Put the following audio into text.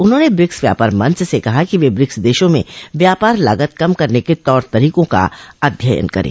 उन्होंने ब्रिक्स व्यापार मंच से कहा कि वे ब्रिक्स देशों म व्यापार लागत कम करने के तौर तरीकों का अध्ययन करें